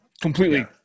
completely